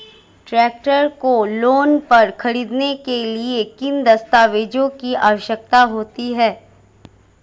Tractor को loan पर खरीदने के लिए किन दस्तावेज़ों की आवश्यकता होती है?